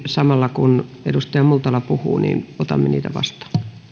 samalla kun edustaja multala puhuu niin otamme niitä vastaan